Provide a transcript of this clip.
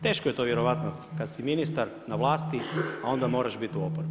Teško je to vjerojatno kad si ministar na vlasti, a onda moraš bit u oporbi.